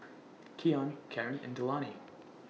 Keyon Carin and Delaney